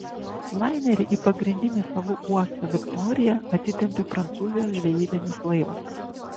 lainerį į pagrindinį salų uostą viktoriją atitempė prancūzijos žvejybinis laivas